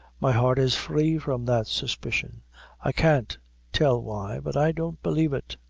my heart is free from that suspicion i can't tell why but i don't believe it.